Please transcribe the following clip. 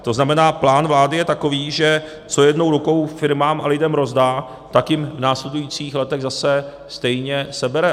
To znamená, plán vlády je takový, že co jednou rukou firmám a lidem rozdá, tak jim v následujících letech zase stejně sebere.